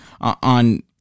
on